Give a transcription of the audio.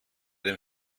dem